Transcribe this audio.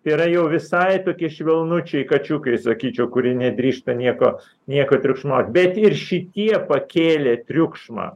tai yra jau visai tokie švelnučiai kačiukai sakyčiau kurie nedrįsta nieko nieko triukšmaut bet ir šitie pakėlė triukšmą